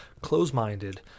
close-minded